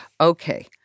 Okay